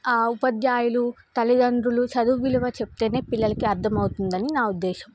ఆ ఉపాద్యాయులు తల్లిదండ్రులు చదువు విలువ చెప్తేనే పిల్లకి అర్థమవుతుందని నా ఉద్దేశం